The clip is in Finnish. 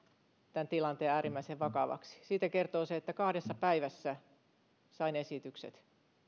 tämän tilanteen äärimmäisen vakavaksi siitä kertoo se että kahdessa päivässä sain esitykset